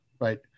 Right